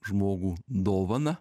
žmogų dovaną